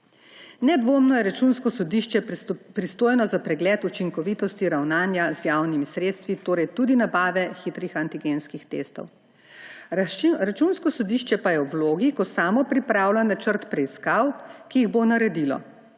Nedvomno je Računsko sodišče pristojno za pregled učinkovitosti ravnanja z javnimi sredstvi, torej tudi nabave hitrih antigenskih testov. Računsko sodišče pa je v vlogi, ko samo pripravlja načrt preiskav, ki jih bo naredilo.